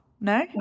No